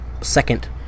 second